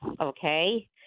okay